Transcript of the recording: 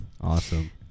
Awesome